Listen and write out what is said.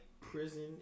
prison